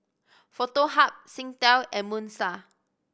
Foto Hub Singtel and Moon Star